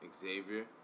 Xavier